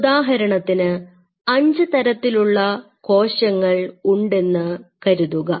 ഉദാഹരണത്തിന് അഞ്ച് തരത്തിലുള്ള കോശങ്ങൾ ഉണ്ടെന്നു കരുതുക